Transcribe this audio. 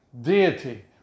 deity